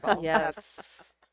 yes